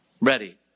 Ready